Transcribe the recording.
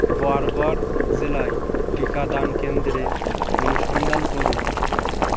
বরগড় জেলায় টিকাদান কেন্দ্রে অনুসন্ধান করুন